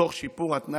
תוך שיפור התנאים.